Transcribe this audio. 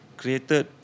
created